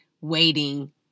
waiting